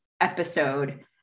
episode